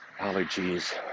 allergies